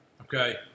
Okay